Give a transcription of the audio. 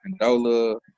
Condola